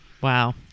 Wow